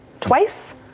twice